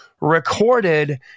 recorded